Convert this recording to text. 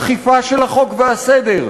אכיפה של החוק והסדר,